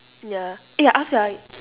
ya eh I ask you ah